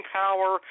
power